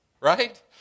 right